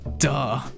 Duh